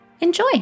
Enjoy